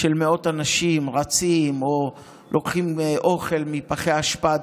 של מאות אנשים רצים או לוקחים אוכל מפחי אשפה.